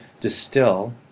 distill